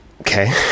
Okay